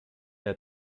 der